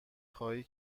خواهی